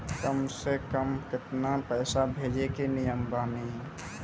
कम से कम केतना पैसा भेजै के नियम बानी?